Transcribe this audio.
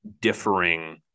differing